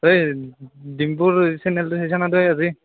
ঐ ডিম্পুৰ চেনেলটো চাইছ' নে তই আজি